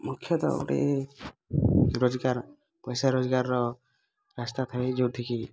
ମୁଖ୍ୟତଃ ଗୋଟେ ପଇସା ରୋଜଗାରର ରାସ୍ତା ଥାଏ ଯେଉଁଠି କି